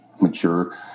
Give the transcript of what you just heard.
mature